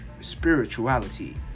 spirituality